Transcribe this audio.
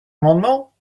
amendement